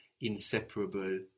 inseparable